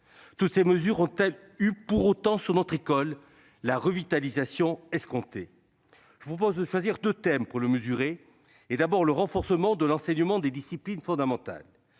Toutes ces mesures ont-elles eu pour autant sur notre école l'effet de revitalisation escompté ? Je vous propose de choisir deux thèmes pour le mesurer, en abordant en premier lieu le renforcement de l'enseignement des disciplines fondamentales.